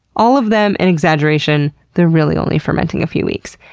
all of them an exaggeration, they're really only fermenting a few weeks.